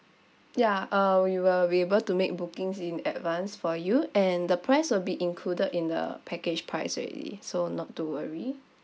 ya uh we will be able to make bookings in advance for you and the price will be included in the package price already so not to worry